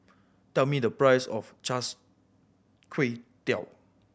tell me the price of Char Kway Teow